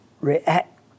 react